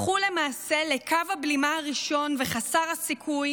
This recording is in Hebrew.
הפכו למעשה לקו הבלימה הראשון וחסר הסיכוי